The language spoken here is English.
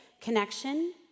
connection